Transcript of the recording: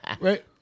Right